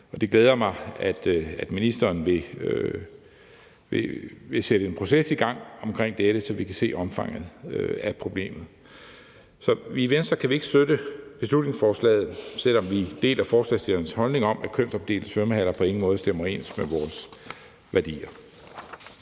det glæder mig, at ministeren vil sætte en proces i gang omkring dette, så vi kan se omfanget af problemet. Så i Venstre kan vi ikke støtte beslutningsforslaget, selv om vi deler forslagsstillernes holdning om, at kønsopdelte svømmehaller på ingen måde stemmer overens med vores værdier.